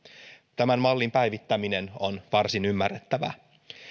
tämän mallin päivittäminen on varsin ymmärrettävää